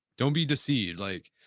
don't be deceived. like